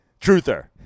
truther